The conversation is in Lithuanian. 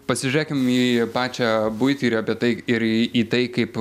pasižiūrėkim į pačią buitį ir apie tai ir į tai kaip